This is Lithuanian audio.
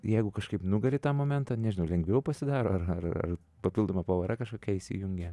jeigu kažkaip nugali tą momentą nežinau lengviau pasidaro ar ar papildoma pavara kažkokia įsijungia